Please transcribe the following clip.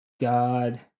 God